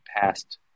passed